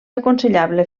aconsellable